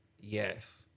Yes